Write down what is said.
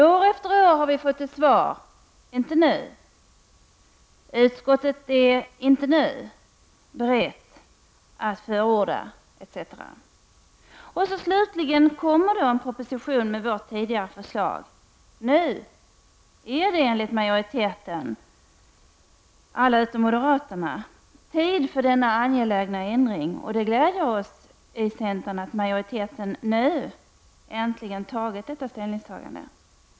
År efter år har vi fått till svar: Inte nu, utskottet är inte nu berett att förorda etc. Slutligen kommer dock en proposition med vårt tidigare förslag. Nu är det enligt majoriteten — bara moderaterna går emot — tid för denna angelägna ändring. Det gläder oss i centern att majoriteten äntligen gjort detta ställningstagande.